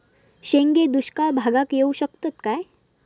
शेंगे दुष्काळ भागाक येऊ शकतत काय?